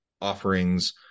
offerings